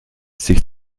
sich